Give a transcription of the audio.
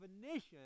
definition